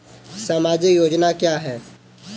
सामाजिक योजना क्या है?